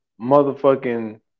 motherfucking